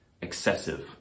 excessive